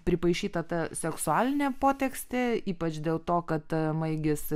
pripaišyta ta seksualinė potekstė ypač dėl to kad maigys